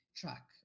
track